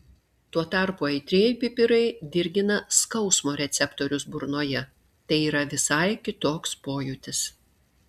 tuo tarpu aitrieji pipirai dirgina skausmo receptorius burnoje tai yra visai kitoks pojūtis